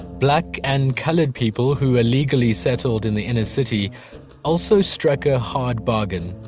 black and colored people who were legally settled in the inner city also struck a hard bargain.